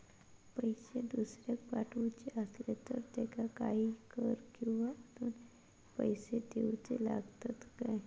पैशे दुसऱ्याक पाठवूचे आसले तर त्याका काही कर किवा अजून पैशे देऊचे लागतत काय?